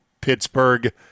Pittsburgh